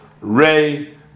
ray